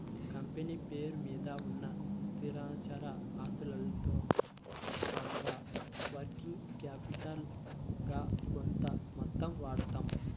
company పేరు మీద ఉన్న స్థిరచర ఆస్తులతో పాటుగా వర్కింగ్ క్యాపిటల్ గా కొంత మొత్తం వాడతాం